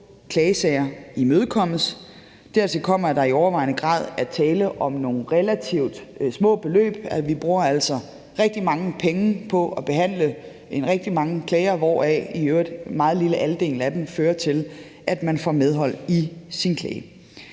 klagesager imødekommes. Dertil kommer, at der i overvejende grad er tale om nogle relativt små beløb. Vi bruger altså rigtig mange penge på at behandle rigtig mange klager, hvoraf i øvrigt en meget lille andel af dem fører til, at man får medhold i sin klage.